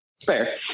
Fair